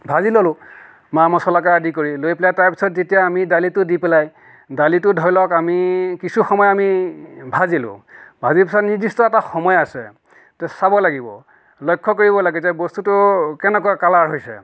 ভাজি ললোঁ মা মচলাকে আদি কৰি লৈ পেলাই তাৰপিছত যেতিয়া আমি দালিটো দি পেলাই দালিটোত ধৰি লওক আমি কিছু সময় আমি ভাজিলোঁ ভজাৰ পিছত নিৰ্দিষ্ট এটা সময় আছে ত' চাব লাগিব লক্ষ্য কৰিব লাগে যে বস্তুটোৰ কেনেকুৱা কালাৰ হৈছে